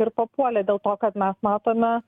ir papuolė dėl to kad mes matome